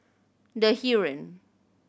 The Heeren